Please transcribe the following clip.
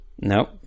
Nope